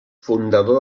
fundador